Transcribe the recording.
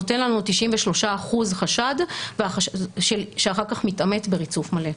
נותן לנו 93% חשד שאחר כך מתאמת בריצוף מלא,